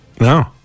No